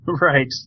Right